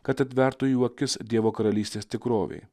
kad atvertų jų akis dievo karalystės tikrovei